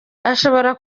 ashobora